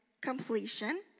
completion